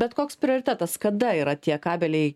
bet koks prioritetas kada yra tie kabeliai